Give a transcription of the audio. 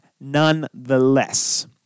nonetheless